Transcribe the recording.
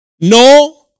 no